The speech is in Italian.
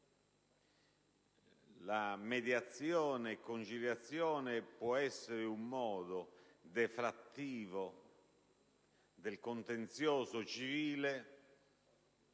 la mediazione-conciliazione può essere un modo deflattivo del contenzioso civile,